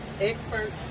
experts